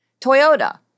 Toyota